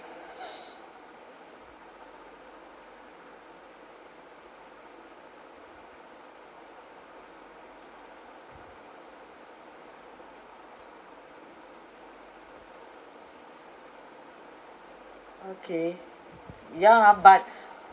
okay yeah but